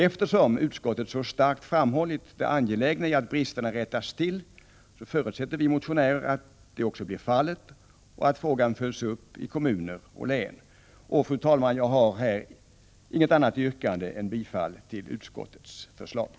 Eftersom utskottet så starkt har betonat det angelägna i att bristerna rättas till, förutsätter vi motionärer att så också blir fallet och att frågan följs upp i kommuner och län. Fru talman! Jag har på denna punkt inget annat yrkande än om bifall till utskottets hemställan.